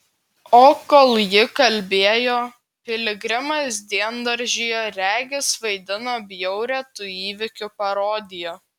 o kol ji kalbėjo piligrimas diendaržyje regis vaidino bjaurią tų įvykių parodiją